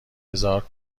هزار